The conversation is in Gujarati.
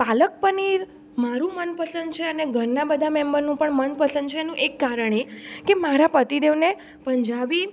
પાલક પનીર મારું મનપસંદ છે અને ઘરના બધા મેમ્બરનું પણ મનપસંદ છે એનું એક કારણ એ કે મારા પતિદેવને પંજાબી